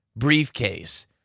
Briefcase